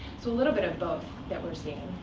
so a little bit of both, that we're seeing.